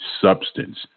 substance